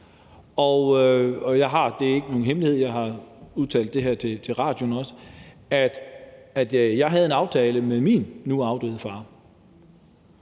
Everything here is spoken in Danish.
far, og det er ikke nogen hemmelighed – jeg har også udtalt det her til radioen – at jeg havde en aftale med min nu afdøde far,